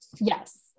Yes